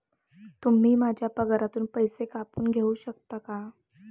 तुम्ही माझ्या पगारातून पैसे कापून घेऊ शकता का?